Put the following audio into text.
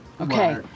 Okay